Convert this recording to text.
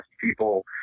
people